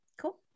Cool